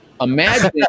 Imagine